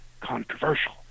controversial